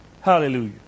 Hallelujah